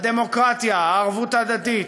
הדמוקרטיה, הערבות ההדדית,